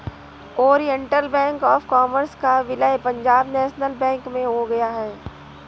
Oriental Bank of Commerce का विलय Punjab National Bank में हो गया है